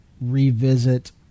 revisit